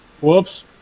Whoops